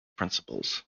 principles